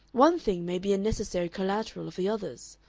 one thing may be a necessary collateral of the others.